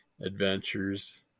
adventures